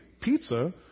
pizza